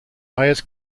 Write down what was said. highest